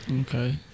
Okay